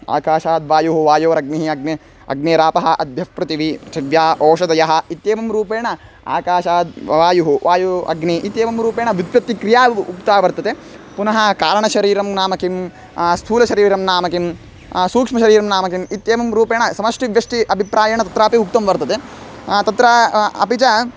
आकाशाद्वायुः वायोरग्निः अग्नेरापः अद्भ्यः पृथिवी पृथिव्या औषधयः इत्येवं रूपेण आकाशाद् वायुः वायुः अग्निः इत्येवं रूपेण व्युत्पत्तिः क्रिया उक्ता वर्तते पुनः कारणशरीरं नाम किं स्थूलशरीरं नाम किं सूक्ष्मशरीरं नाम किम् इत्येवं रूपेण समष्टिव्यष्टि अभिप्रायेण तत्रापि उक्तं वर्तते तत्र अपि च